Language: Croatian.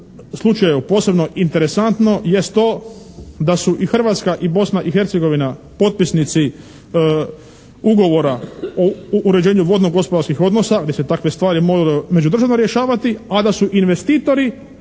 slučaju posebno interesantno jest to da su i Hrvatska i Bosna Hercegovina potpisnici Ugovora o uređenju vodno-gospodarskih odnosa gdje se takve stvari moraju među državama rješavati a da su investitori